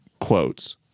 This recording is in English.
quotes